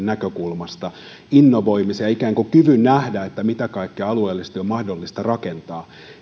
näkökulmasta innovoimiseen ja kykyyn nähdä mitä kaikkea alueellisesti on mahdollista rakentaa